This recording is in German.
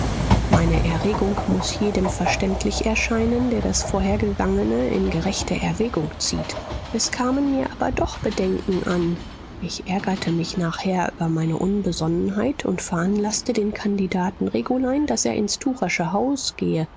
meine erregung muß jedem verständlich erscheinen der das vorhergegangene in gerechte erwägung zieht es kamen mir aber doch bedenken an ich ärgerte mich nachher über meine unbesonnenheit und veranlaßte den kandidaten regulein daß er ins tuchersche haus gehe